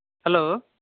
hello